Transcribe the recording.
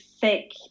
thick